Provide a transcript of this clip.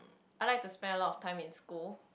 I like to spend a lot of time in school